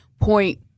point